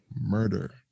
murder